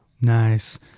Nice